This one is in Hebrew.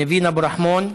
ניבין אבו רחמון.